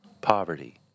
poverty